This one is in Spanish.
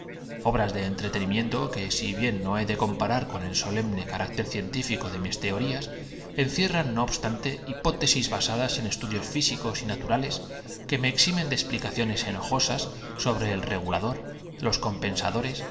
obras de entretenimiento que si bien no he de comparar con el solemne carácter cien una sonora carcajada acogió la humorística refuta tífico de mis teorías encierran no obstante hipótesis ción del sabio quien sin inmutarse prosiguió el curso de su conferencia basadas en estudios físicos y naturales que me eximen de explicaciones enojosas sobre el regulador los